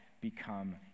become